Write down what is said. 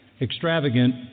extravagant